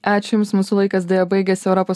ačiū jums mūsų laikas deja baigėsi europos